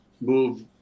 move